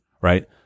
Right